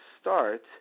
start